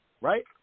right